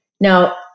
Now